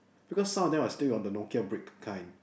because some of them are still on the Nokia brick kind